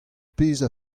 pezh